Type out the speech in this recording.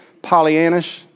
Pollyannish